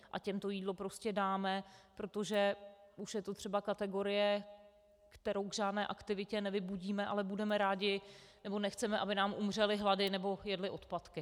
A těm to jídlo prostě dáme, protože už je to třeba kategorie, kterou k žádné aktivitě nevybudíme, ale budeme rádi, nebo nechceme, aby nám umřeli hlady nebo jedli odpadky.